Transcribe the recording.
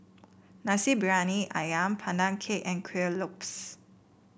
Nasi Briyani ayam Pandan Cake and Kueh Lopes